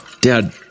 Dad